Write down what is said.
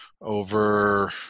over